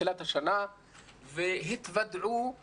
יושב-ראש הוועדה,